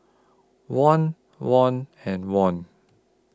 Won Won and Won